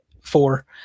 four